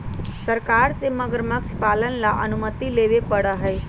सरकार से मगरमच्छ पालन ला अनुमति लेवे पडड़ा हई